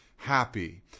Happy